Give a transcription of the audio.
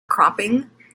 cropping